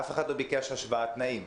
אף אחד לא ביקש השוואת תנאים.